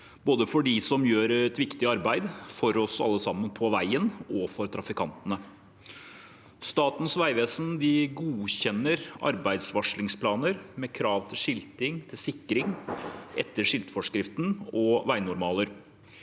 både for dem som gjør et viktig arbeid for oss alle sammen på veien, og for trafikantene. Statens vegvesen godkjenner arbeidsvarslingsplaner med krav til skilting og til sikring etter skiltforskriften og veinormaler.